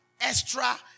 extra